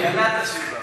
הגנת הסביבה.